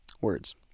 Words